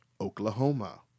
Oklahoma